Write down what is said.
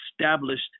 established